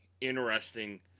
interesting